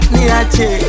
Niache